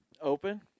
Open